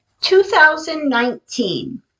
2019